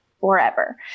forever